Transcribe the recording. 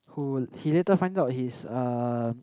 who he later finds out he is uh